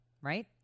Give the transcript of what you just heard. right